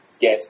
get